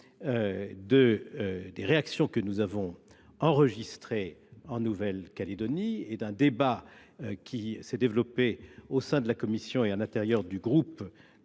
des réactions que nous avons enregistrées en Nouvelle Calédonie et d’un débat qui s’est développé au sein de la commission et à l’intérieur du groupe